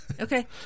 Okay